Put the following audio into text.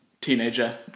teenager